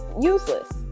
Useless